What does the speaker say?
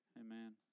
Amen